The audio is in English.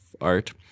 art